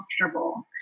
comfortable